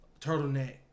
turtleneck